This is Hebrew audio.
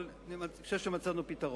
אבל אני חושב שמצאנו פתרון.